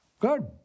Good